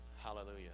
Hallelujah